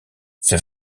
c’est